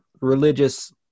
religious